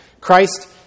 Christ